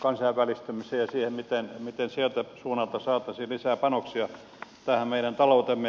kansainvälistämiseen ja siihen miten sieltä suunnalta saataisiin lisää panoksia tähän meidän taloutemme korjaamiseen